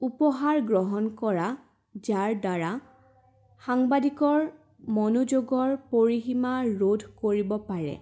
উপহাৰ গ্ৰহণ কৰা যাৰদ্বাৰা সাংবাদিকৰ মনোযোগৰ পৰিসীমা ৰোধ কৰিব পাৰে